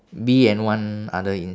bee and one other in~